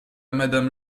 madame